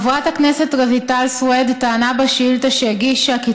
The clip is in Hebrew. חברת הכנסת רויטל סויד טענה בשאילתה שהגישה כי